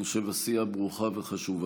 וזו עשייה ברוכה וחשובה.